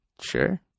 Sure